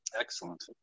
Excellent